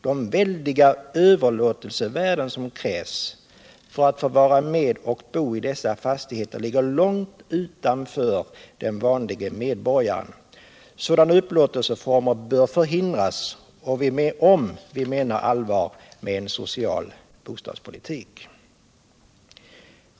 De väldiga överlåtelsevärden som krävs för att få vara med och bo i dessa fastigheter ligger långt utanför den vanlige medborgarens förmåga. Sådana upplåtelseformer bör förhindras, om vi menar allvar med en social bostadspolitik.